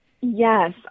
Yes